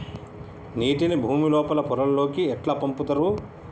నీటిని భుమి లోపలి పొరలలోకి ఎట్లా పంపుతరు?